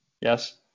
Yes